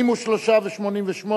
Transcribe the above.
83, 88,